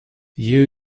you